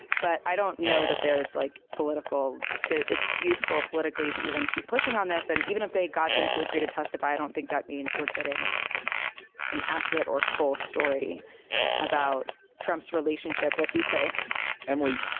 but i don't know that there's like political it's useful politically to even keep pushing on this. and even if they got them to agree to testify, i don't think that means we're getting an accurate or full story about trump's relationship with ukraine emily,